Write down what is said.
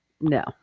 no